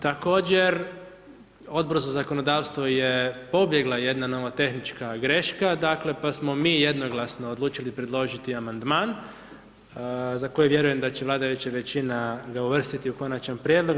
Također odbor za zakonodavstvo je pobjegla jedna nomo tehnička greška, pa smo mi jednoglasno odlučili predložiti amandman, za koje vjerujem da će vladajuća većina uvrstiti u konačni prijedlog.